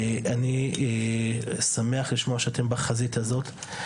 ואני שמח לשמוע שאתם בחזית הזאת.